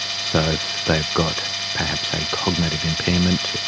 so if they've got perhaps a cognitive impairment,